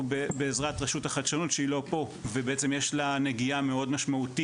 הוא בעזרת רשות החדשנות שהיא לא פה ובעצם יש לה נגיעה מאוד משמעותית,